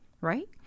right